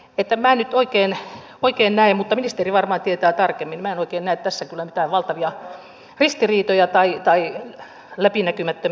minä en nyt oikein näe mutta ministeri varmaan tietää tarkemmin tässä kyllä mitään valtavia ristiriitoja tai läpinäkymättömyyttä